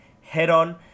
head-on